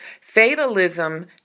fatalism